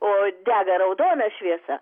o dega raudona šviesa